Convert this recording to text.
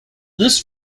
this